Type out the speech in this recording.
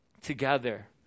together